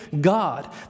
God